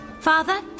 Father